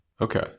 Okay